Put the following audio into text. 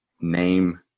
name